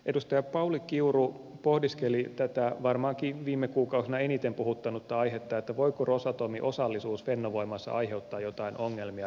edustaja pauli kiuru pohdiskeli tätä varmaankin viime kuukausina eniten puhuttanutta aihetta voiko rosatomin osallisuus fennovoimassa aiheuttaa joitain ongelmia